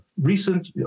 recent